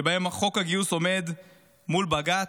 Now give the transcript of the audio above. שבהם חוק הגיוס עומד מול בג"ץ,